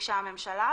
שביקשה הממשלה.